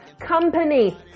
company